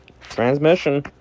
transmission